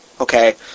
Okay